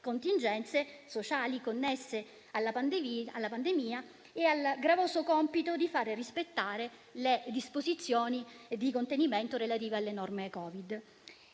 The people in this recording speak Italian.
contingenze sociali connesse alla pandemia e al gravoso compito di far rispettare le disposizioni di contenimento relative alle norme Covid.